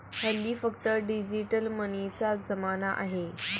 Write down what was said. हल्ली फक्त डिजिटल मनीचा जमाना आहे